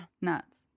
nuts